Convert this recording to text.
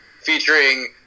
featuring